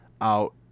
out